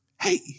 hey